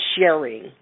sharing